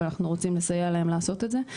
אבל אנחנו רוצים לסייע להם לעשות את זה.